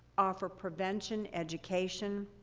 offer prevention, education,